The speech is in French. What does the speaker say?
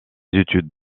études